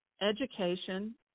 education